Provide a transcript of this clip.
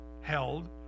held